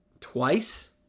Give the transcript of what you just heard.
twice